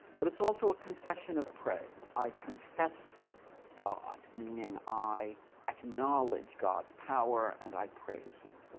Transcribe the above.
but it's also a confession of praise. i confess god, meaning i acknowledge god's power, and i praise him.